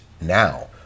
now